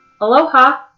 Aloha